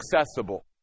accessible